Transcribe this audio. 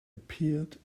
appeared